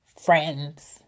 friends